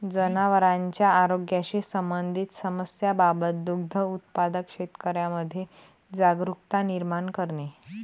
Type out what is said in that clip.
जनावरांच्या आरोग्याशी संबंधित समस्यांबाबत दुग्ध उत्पादक शेतकऱ्यांमध्ये जागरुकता निर्माण करणे